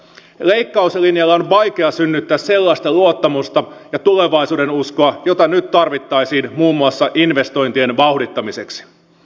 leikkauslinjalla on vaikea synnyttä sellaista luottamusta ja tulevaisuudenuskoa jota nyt tarvittaisiin muun muassa investointien vauhdittamiseksi